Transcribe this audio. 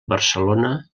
barcelona